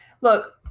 Look